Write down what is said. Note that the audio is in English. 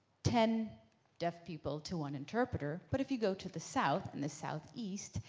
ten deaf people to one interpreter, but if you go to the south and the southeast,